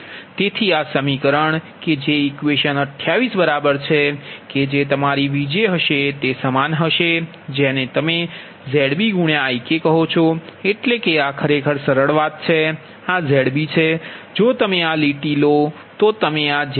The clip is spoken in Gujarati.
તેથી આ સમીકરણ કે જે ઇક્વેશન 28 બરાબર છે કે જે તમારી Vj હશે તે સમાન છે જેને તમે ZbIk કહો છો એટલે કે આ ખરેખર સરળ વાત છે આ Zb છે જો તમે આ લીટી લો તો તમે આ જેમ લખો